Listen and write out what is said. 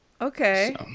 okay